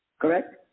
correct